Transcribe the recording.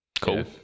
cool